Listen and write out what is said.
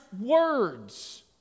words